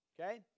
Okay